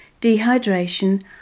dehydration